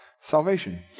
salvation